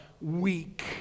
weak